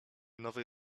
nowej